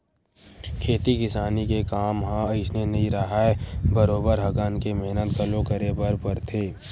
खेती किसानी के काम ह अइसने नइ राहय बरोबर हकन के मेहनत घलो करे बर परथे